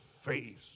face